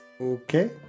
Okay